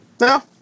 No